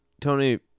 Tony